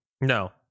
No